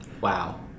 wow